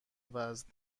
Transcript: وزن